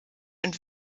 und